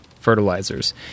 fertilizers